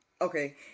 Okay